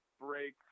break